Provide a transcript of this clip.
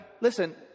Listen